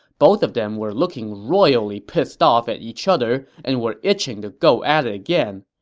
both of them were looking royally pissed off at each other and were itching to go at it again.